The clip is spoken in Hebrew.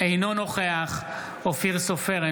אינו נוכח אופיר סופר,